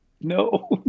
no